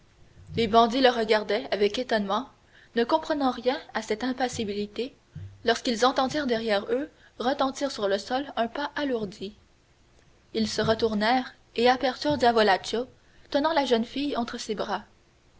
les bandits le regardaient avec étonnement ne comprenant rien à cette impassibilité lorsqu'ils entendirent derrière eux retentir sur le sol un pas alourdi ils se retournèrent et aperçurent diavolaccio tenant la jeune fille entre ses bras